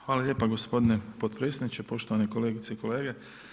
Hvala lijepa gospodine potpredsjedniče, poštovane kolegice i kolege.